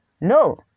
no